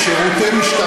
יש גם יחסים,